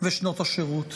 ושנות השירות.